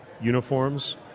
uniforms